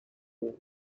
board